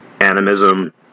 animism